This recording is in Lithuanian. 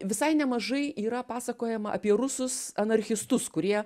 visai nemažai yra pasakojama apie rusus anarchistus kurie